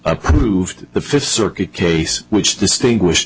approved the fifth circuit case which distinguished